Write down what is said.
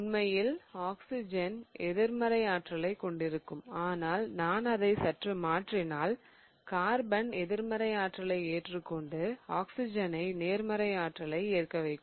உண்மையில் ஆக்சிஜன் எதிர்மறை ஆற்றலை கொண்டிருக்கும் ஆனால் நான் அதை சற்று மாற்றினால் கார்பன் எதிர்மறை ஆற்றலை ஏற்றுக்கொண்டு ஆக்சிஜனை நேர்மறை ஆற்றலை ஏற்க வைக்கும்